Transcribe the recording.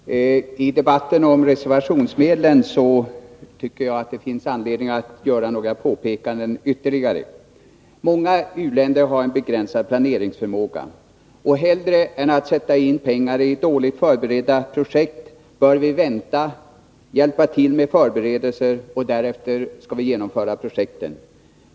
Herr talman! I debatten om reservationsmedlen tycker jag att det finns anledning att göra ytterligare några påpekanden. Många u-länder har en begränsad planeringsförmåga, och hellre än att sätta in pengar i dåligt förberedda projekt bör vi vänta, hjälpa till med förberedelser och därefter genomföra projekten.